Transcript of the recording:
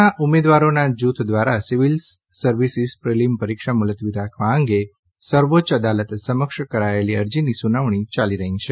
ના ઉમેદવારોના જૂથ દ્વારા સિવિલ સર્વિસીસ પ્રિલીમ પરીક્ષા મુલતવી રાખવા અંગે સર્વોચ્ય અદાલત સમક્ષ કરાયેલી અરજીની સુનાવણી ચાલી રહી છે